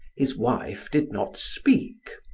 his wife did not speak.